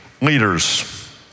leaders